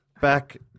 Back